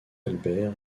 albert